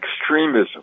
extremism